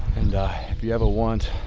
and if you ever want